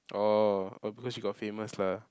orh oh because she got famous lah